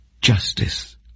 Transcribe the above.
justice